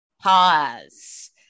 pause